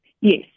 yes